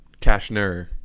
Cashner